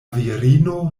virino